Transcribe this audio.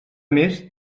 més